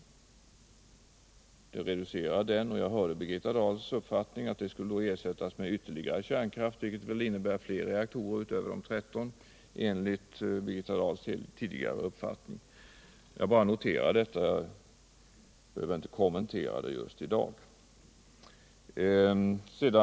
Jag hörde Birgitta Dahls uppfattning att vid en eventuell reducering på elområdet skulle den nedgången ersättas med ytterligare kärnkraft, vilket väl innebär fler reaktorer, utöver de tretton, enligt Birgitta Dahls tidigare uppfattning. Jag bara noterar detta, jag behöver inte kommentera det just i dag.